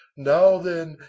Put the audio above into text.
now, then,